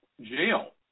jail